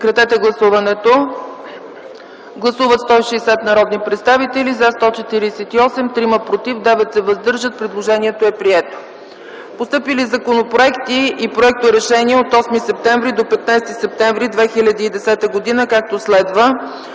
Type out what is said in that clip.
Моля, гласувайте. Гласували 160 народни представители: за 148, против 3, въздържали се 9. Предложението е прието. Постъпили законопроекти и проекторешения от 8 септември до 15 септември 2010 г., както следва: